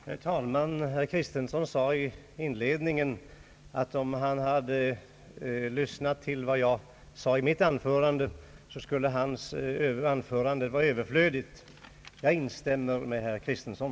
Herr talman! Herr Kristiansson sade i inledningen, att om han hade lyssnat till vad jag sade i mitt anförande, så skulle hans eget anförande vara öÖverflödigt. Jag instämmer med herr Kristianson!